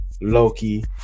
loki